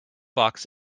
box